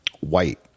white